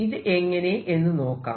ഇത് എങ്ങനെ എന്ന് നോക്കാം